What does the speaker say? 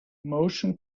motion